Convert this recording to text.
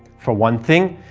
for one thing,